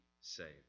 saved